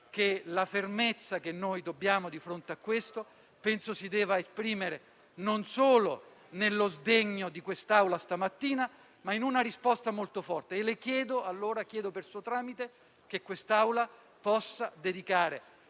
che la fermezza che noi dobbiamo assumere di fronte a tutto questo si debba esprimere non solo nello sdegno di questa Aula stamattina, ma in una risposta molto forte. Chiedo allora, per suo tramite, che quest'Aula possa dedicare